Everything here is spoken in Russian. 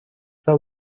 зал